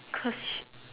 because